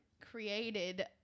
created